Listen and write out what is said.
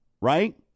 right